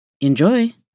Enjoy